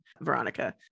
Veronica